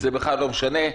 זה בכלל לא משנה.